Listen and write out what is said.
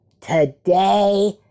Today